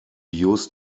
used